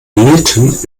wühlten